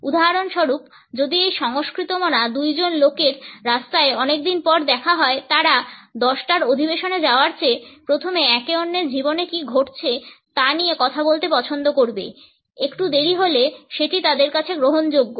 উদাহরণস্বরূপ যদি এই সংস্কৃতিমনা দুইজন লোকের রাস্তায় অনেকদিন পর দেখা হয় তারা 10 টার অধিবেশনে যাওয়ার চেয়ে প্রথমে একে অন্যের জীবনে কী ঘটছে তা নিয়ে কথা বলতে পছন্দ করবে একটু দেরি হলে সেটি তাদের কাছে গ্রহণযোগ্য